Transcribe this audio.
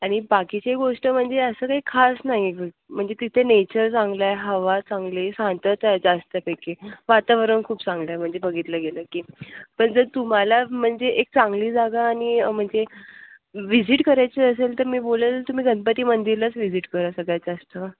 आणि बाकीचे गोष्ट म्हणजे असं काही खास नाही म्हणजे तिथे नेचर चांगलं आहे हवा चांगली शांतताआहे जास्तपैकी वातावरण खूप चांगलं आहे म्हणजे बघितल्या गेलं की पण जर तुम्हाला म्हणजे एक चांगली जागा आणि म्हणजे विझिट करायची असेल तर मी बोलेल तुम्ही गणपती मंदिरलाच विझिट करा सगळ्यात जास्त